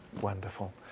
Wonderful